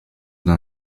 d’un